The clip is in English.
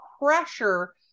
pressure